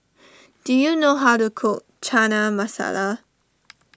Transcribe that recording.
do you know how to cook Chana Masala